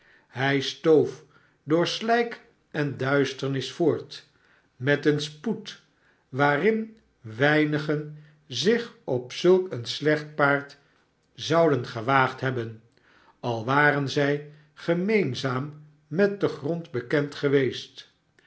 hij stoof door slijk en duisternis voort met een spoed waarin weinigen zich op zulk een slecht paard zouden gewaagd hebben al waren zij gemeenzaam met den grond bekend geweest